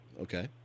Okay